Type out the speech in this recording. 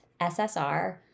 SSR